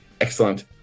Excellent